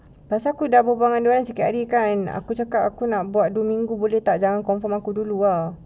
pasal aku berbual dengan orang itu sikit hari kan aku nak buat dua minggu boleh tak jangan confirm aku dulu ah